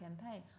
campaign